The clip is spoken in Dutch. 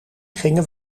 gingen